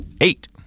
Eight